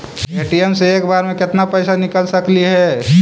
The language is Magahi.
ए.टी.एम से एक बार मे केत्ना पैसा निकल सकली हे?